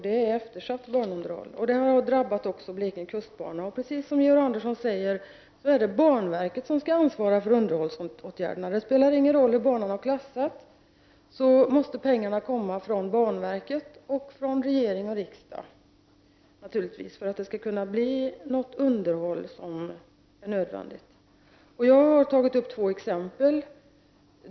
Det har också drabbat Blekinge kustbana. Precis som Georg Andersson säger är det banverket som skall ansvara för underhållsåtgärderna. Det spelar ingen roll hur banan har klassats, men pengarna till det nödvändiga underhållet måste komma från banverket, dvs. från regering och riksdag. Jag har tagit två exempel.